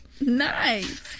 Nice